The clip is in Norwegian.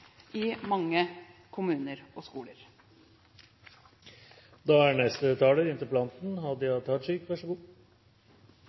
i mange kommuner og skoler.